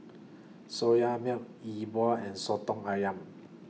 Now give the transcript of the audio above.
Soya Milk E Bua and Soto Ayam